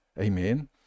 amen